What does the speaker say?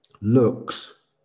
looks